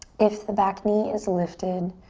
if the back knee is lifted,